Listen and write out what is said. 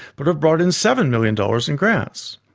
but have brought in seven million dollars in grants.